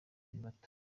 bato